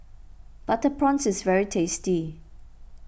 Butter Prawns is very tasty